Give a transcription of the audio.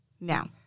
now